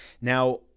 Now